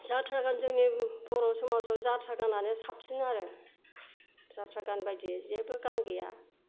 जाथ्रा गान जोंनि बर' समाजाव जाथ्रा गानानो साबसिन आरो जाथ्रा गान बादि जेबो गान गैया